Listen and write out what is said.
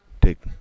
take